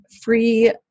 free